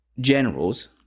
generals